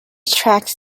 track